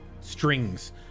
strings